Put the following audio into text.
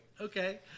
Okay